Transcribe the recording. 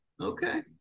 Okay